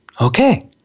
okay